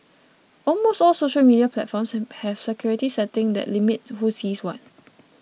almost all social media platforms have security settings that limit who sees what